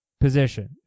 position